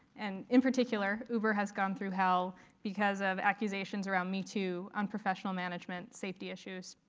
and in particular, uber has gone through hell because of accusations around me too, unprofessional management, safety issues.